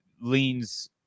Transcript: leans